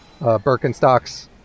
Birkenstocks